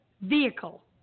vehicle